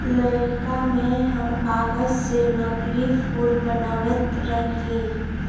लइरका में हम कागज से नकली फूल बनबैत रहियइ